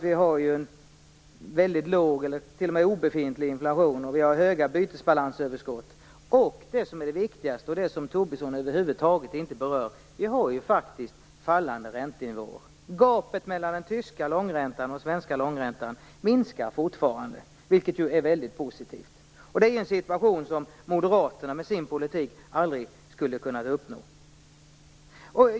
Vi har en väldigt låg eller t.o.m. obefintlig inflation, vi har höga bytesbalansöverskott och - det som är viktigast och som Lars Tobisson över huvud taget inte berör - vi har faktiskt fallande räntenivåer. Gapet mellan den tyska och den svenska långräntan minskar fortfarande, vilket är väldigt positivt. Det är en situation som Moderaterna med sin politik aldrig skulle ha kunnat uppnå.